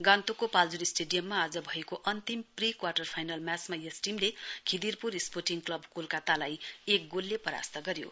गान्तोकको पाल्जोर स्टेडियममा आज भएको अन्तिम प्री क्वाटर फाइनल म्याचमा यस टीमले खिदिरपूर स्पोर्टिङ क्लब कोलकत्तालाई एक गोलले परास्त गऱ्यो